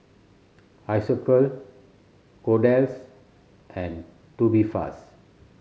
Isocal Kordel's and Tubifast